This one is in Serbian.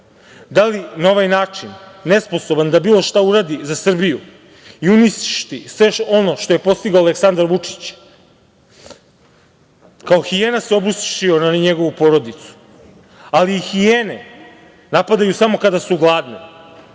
Da li na ovaj način, nesposoban da bilo šta uradi za Srbiju i uništi sve ono što je postigao Aleksandar Vučić, kao hijena se obrušio na njegovu porodicu, ali i hijene napadaju samo kada su gladne,